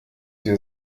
wir